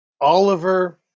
Oliver